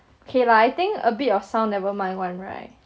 k lah I think a bit of sound nevermind [one] [right]